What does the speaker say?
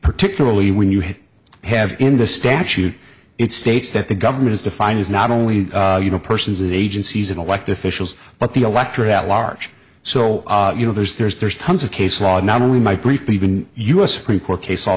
particularly when you have have in the statute it states that the government is defined as not only you know persons and agencies and elected officials but the electorate at large so you know there's there's there's tons of case law of not only my brief even u s supreme court case